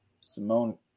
Simone